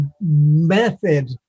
method